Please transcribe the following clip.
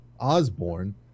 Osborne